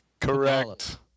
Correct